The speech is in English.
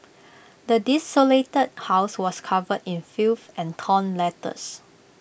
the desolated house was covered in filth and torn letters